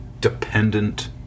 dependent